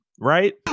right